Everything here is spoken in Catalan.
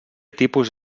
tipus